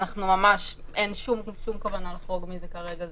אין ממש שום כוונה לחרוג מזה כרגע,